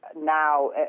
now